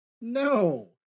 No